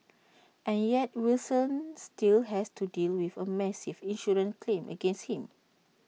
and yet Wilson still has to deal with A massive insurance claim against him